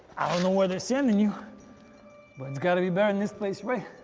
know where they're sending you but it's gotta be better than this place, right?